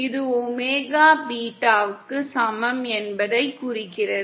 இது omega beta Cக்கு சமம் என்பதைக் குறிக்கிறது